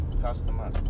customer